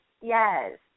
yes